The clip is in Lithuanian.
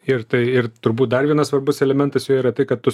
ir tai ir turbūt dar vienas svarbus elementas yra tai kad tu